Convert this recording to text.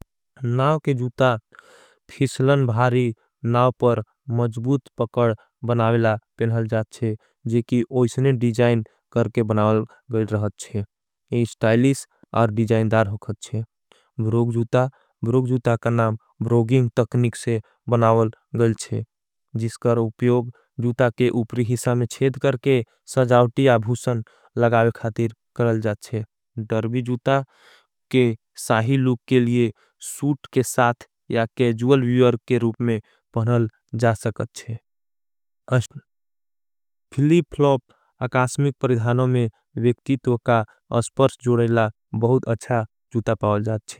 नाव के जूता फिसलन भारी नाव पर मजबूत पकड बनावेला। पेन हल जाथ शे जेकि वो इसने डिजाइन करके बनावल गईल। रहत शे ये स्टाइलिष और डिजाइन दार होखत शे ब्रोग जूता। ब्रोग जूता का नाम ब्रोगिंग तकनिक से बनावल गईल शे। जिसकर उपयोग जूता के उपरी हिसा में छेद करके सजावटी। आभूसन लगावे खातिर करल जाथ शे डर्वी जूता के साही। लूक के लिए सूट के साथ या कैजूल वीवर के रूप मे पहनल। जा सकत शे फिली फ्लॉप अकास्मिक परिधानों में वेक्तित्व। का असपर्स जोड़ेला बहुत अच्छा जूता पावल जाथ शे।